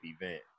event